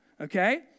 okay